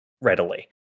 readily